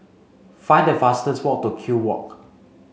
find the fastest way to Kew Walk